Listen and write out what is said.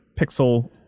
pixel